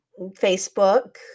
Facebook